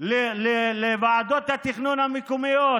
לוועדות התכנון המקומיות,